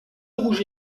rouge